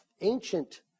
ancient